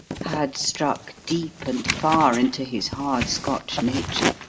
had struck deep and far into his hard scotch nature.